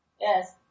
Yes